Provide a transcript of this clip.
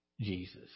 Jesus